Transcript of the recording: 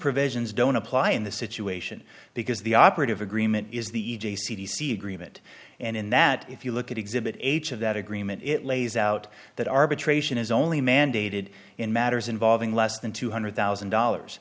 provisions don't up why in the situation because the operative agreement is the e j c t c agreement and in that if you look at exhibit age of that agreement it lays out that arbitration is only mandated in matters involving less than two hundred thousand dollars